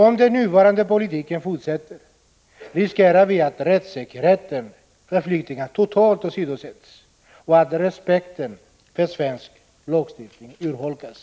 Om den nuvarande politiken fortsätter, riskerar vi att rättssäkerheten för flyktingar totalt åsidosätts och att respekten för svensk lagstiftning urholkas.